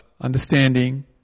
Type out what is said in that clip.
understanding